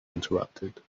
interrupted